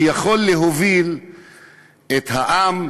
שיכול להוביל את העם,